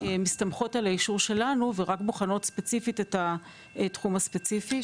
מסתמכות על האישור שלנו ורק בוחנות ספציפית את התחום הספציפי.